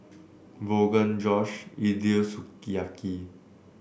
Rogan Josh Idili Sukiyaki